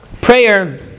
prayer